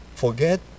Forget